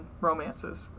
romances